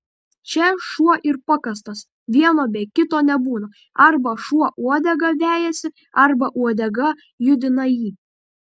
čia šuo ir pakastas vieno be kito nebūna arba šuo uodegą vejasi arba uodega judina jį